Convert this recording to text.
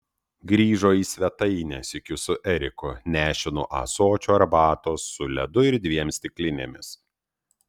grįžo į svetainę sykiu su eriku nešinu ąsočiu arbatos su ledu ir dviem stiklinėmis